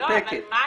מה הנימוק?